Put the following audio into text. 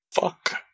fuck